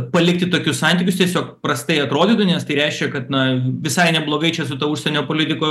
palikti tokius santykius tiesiog prastai atrodytų nes tai reiškia kad na visai neblogai čia su ta užsienio politika